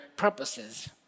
purposes